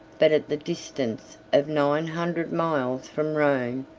but at the distance of nine hundred miles from rome,